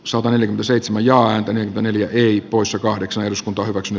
sota eli gseitsemän ja antaneen danielia ei poissa kahdeksan eduskunta hyväksyi